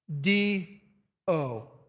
D-O